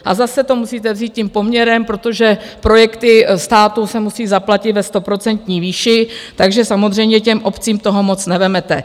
A zase to musíte vzít tím poměrem, protože projekty státu se musí zaplatit ve 100% výši, takže samozřejmě těm obcím toho moc nevezmete.